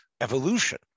evolution